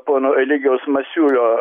pono eligijaus masiulio